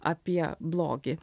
apie blogį